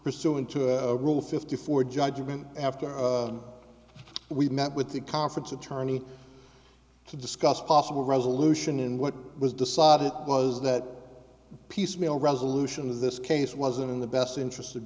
pursuant to a rule fifty four judgment after we met with the conference attorney to discuss possible resolution in what was decided was that piecemeal resolution of this case wasn't in the best interest of